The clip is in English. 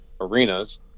arenas